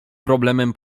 problemem